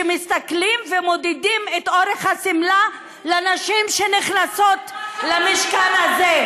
שמסתכלים ומודדים את אורך השמלה לנשים שנכנסות למשכן הזה?